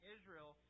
Israel